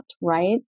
Right